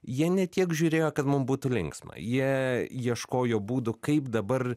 jie ne tiek žiūrėjo kad mum būtų linksma jie ieškojo būdų kaip dabar